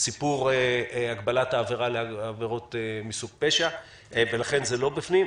לגבי סיפור הגבלת העבירה לעבירות מסוג פשע ולכן זה לא בפנים.